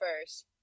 first